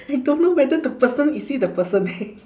I don't know whether the person is it a person